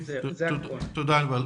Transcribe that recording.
תודה, ענבל.